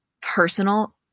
personal